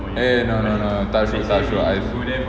eh no no no touch wood touch wood